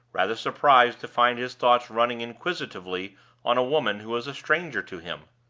rather surprised to find his thoughts running inquisitively on a woman who was a stranger to him.